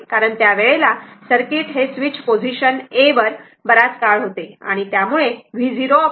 कारण त्या वेळेला हे सर्किट हे स्वीच पोझिशन a वर बराच काळ होते